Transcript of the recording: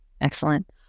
Excellent